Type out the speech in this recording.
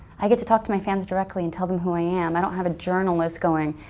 i get to talk to my fans directly and tell them who i am. i don't have a journalist going,